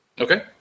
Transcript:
Okay